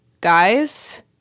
Guys